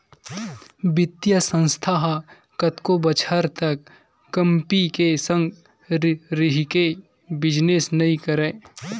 बित्तीय संस्था ह कतको बछर तक कंपी के संग रहिके बिजनेस नइ करय